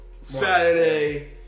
Saturday